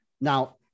now